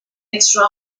extra